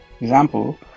Example